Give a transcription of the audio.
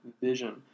vision